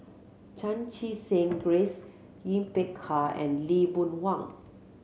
Chan Chee Seng Grace Yin Peck Ha and Lee Boon Wang